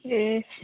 ए